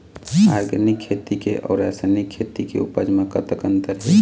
Organic खेती के अउ रासायनिक खेती के उपज म कतक अंतर हे?